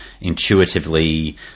intuitively